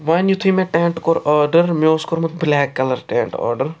وۅنۍ یُتھُے مےٚ ٹیٚنٛٹ کوٚر آرڈر مےٚ اوس کوٚرمُت بُلیک کَلَر ٹیٚنٛٹ آرڈَر